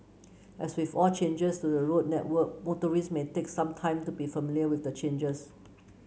as with all changes to the road network motorist may take some time to be familiar with the changes